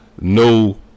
no